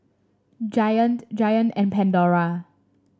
Giant Giant and Pandora